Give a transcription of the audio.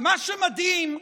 ומה שמדהים,